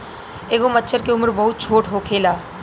एगो मछर के उम्र बहुत छोट होखेला